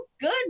good